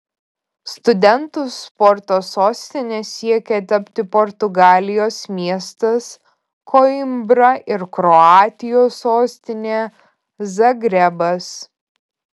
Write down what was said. studentų sporto sostine siekia tapti portugalijos miestas koimbra ir kroatijos sostinė zagrebas